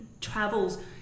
travels